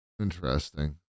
Interesting